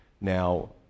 Now